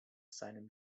seinen